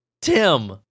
Tim